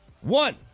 One